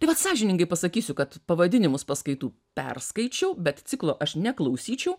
tai vat sąžiningai pasakysiu kad pavadinimus paskaitų perskaičiau bet ciklo aš neklausyčiau